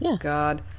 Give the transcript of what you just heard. God